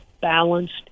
balanced